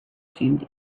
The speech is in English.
seemed